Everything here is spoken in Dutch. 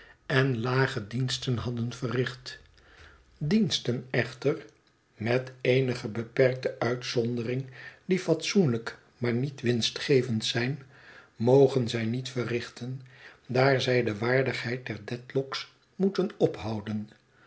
en lage diensten hadden verricht diensten echter met eenige beperkte uitzondering die fatsoenlijk maar niet winstgevend zijn mogen zij niet verrichten daar zij de waardigheid der dedlock's moeten ophouden